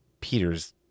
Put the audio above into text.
Peter's